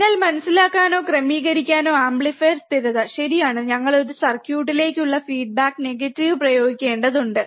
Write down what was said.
signal മനസിലാക്കാനോ ക്രമീകരിക്കാനോ amplifier സ്ഥിരത ശരിയാണ് ഞങ്ങൾ ഒരു സർക്യൂട്ടിലേക്കുള്ള ഫീഡ്ബാക്ക് നെഗറ്റീവ് പ്രയോഗിക്കേണ്ടതുണ്ട്